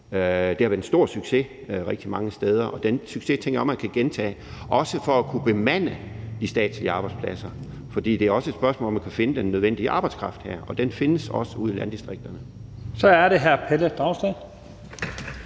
Det har været en stor succes rigtig mange steder, og den succes tænker jeg man kan gentage, også for at kunne bemande de statslige arbejdspladser, for det er også et spørgsmål om, om man kan finde den nødvendige arbejdskraft her, og den findes også ude i landdistrikterne. Kl. 10:17 Første